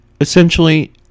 essentially